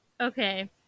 okay